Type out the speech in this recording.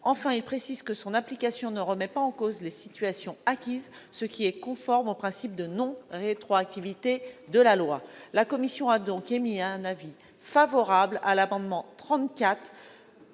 l'application de son dispositif ne remettra pas en cause les situations acquises, ce qui est conforme au principe de non-rétroactivité de la loi. La commission a donc émis un avis favorable sur l'amendement n°